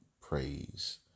praise